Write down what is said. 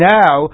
now